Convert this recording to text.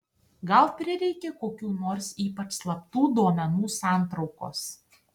gal prireikė kokių nors ypač slaptų duomenų santraukos